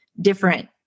different